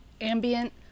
ambient